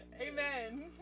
amen